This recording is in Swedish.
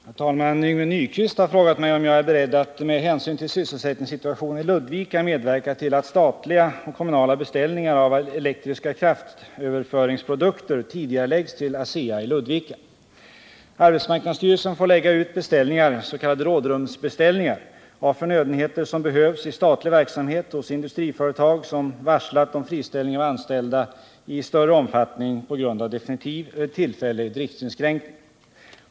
Herr talman! Yngve Nyquist har frågat mig om jag är beredd att med hänsyn till sysselsättningssituationen i Ludvika medverka till att statliga och kommunala beställningar av elektriska kraftöverföringsprodukter tidigareläggs till ASEA i Ludvika. Arbetsmarknadsstyrelsen får lägga ut beställningar — s.k. rådrumsbeställningar — av förnödenheter, som behövs i statlig verksamhet, hos industriföretag som varslat om friställning av anställda i större omfattning på grund av definitiv eller tillfällig driftinskränkning.